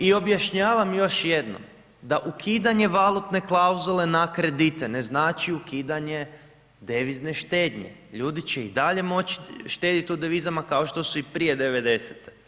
I objašnjavam još jednom da ukidanje valutne klauzule na kredite ne znači ukidanje devizne štednje, ljudi će i dalje moći štedjeti u devizama kao što su i prije '90.-te.